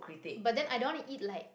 but then I don't want to eat like